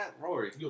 Rory